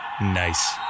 Nice